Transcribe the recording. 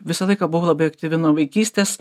visą laiką buvau labai aktyvi nuo vaikystės